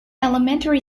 elementary